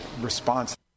response